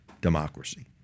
democracy